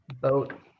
boat